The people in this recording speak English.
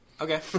okay